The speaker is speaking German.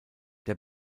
der